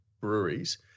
breweries